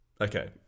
okay